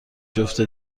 جفت